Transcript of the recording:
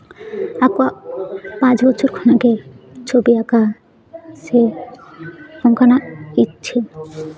ᱟᱠᱚᱣᱟᱜ ᱯᱟᱸᱪ ᱵᱚᱪᱷᱚᱨ ᱠᱷᱚᱱᱜᱮ ᱪᱷᱚᱵᱤ ᱟᱸᱠᱟ ᱥᱮ ᱚᱱᱠᱟᱱᱟᱜ ᱤᱪᱪᱷᱟᱹ